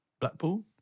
Blackpool